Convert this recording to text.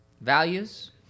Values